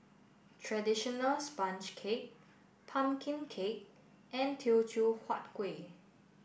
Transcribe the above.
traditional Sponge Cake Pumpkin Cake and Teochew Huat Kuih